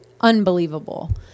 unbelievable